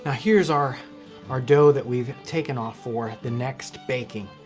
ah here's our our dough that we've taken off for the next baking.